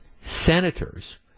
senators